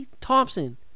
Thompson